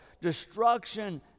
destruction